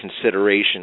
Consideration